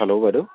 hello বাইদেউ